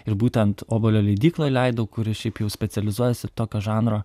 ir būtent obuolio leidykloj leidau kuri šiaip jau specializuojasi tokio žanro